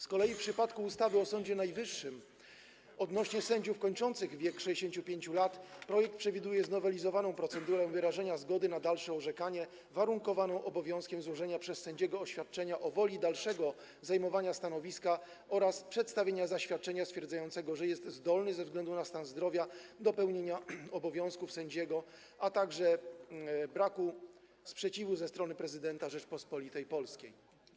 Z kolei w przypadku ustawy o Sądzie Najwyższym odnośnie do sędziów kończących 65 lat projekt przewiduje znowelizowaną procedurę wyrażenia zgody na dalsze orzekanie warunkowaną obowiązkiem złożenia przez sędziego oświadczenia woli dalszego zajmowania stanowiska oraz przedstawienia zaświadczenia stwierdzającego, że jest zdolny ze względu na stan zdrowia do pełnienia obowiązków sędziego, a także brakiem sprzeciwu ze strony prezydenta Rzeczypospolitej Polskiej.